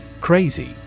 Crazy